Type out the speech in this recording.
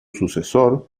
sucesor